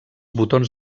botons